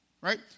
Right